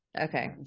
Okay